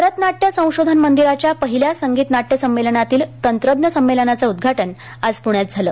भरत नाट्य संशोधन मंदिराच्या पाहिल्या संगीत नाट्य संमेलनातील तंत्रज्ञ संमेलनाचे उद्घाटन आज प्ण्यात झालं